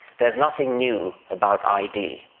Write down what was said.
there's nothing new about id.